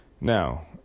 Now